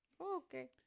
Okay